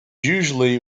usually